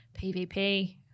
PvP